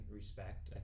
respect